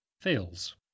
fails